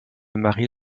marie